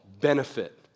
benefit